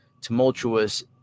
tumultuous